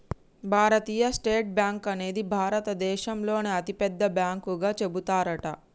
భారతీయ state bank అనేది భారత దేశంలోనే అతి పెద్ద బ్యాంకు గా చెబుతారట